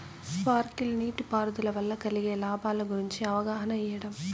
Sprinkle నీటిపారుదల వల్ల కలిగే లాభాల గురించి అవగాహన ఇయ్యడం?